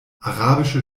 arabische